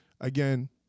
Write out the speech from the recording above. Again